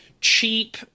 cheap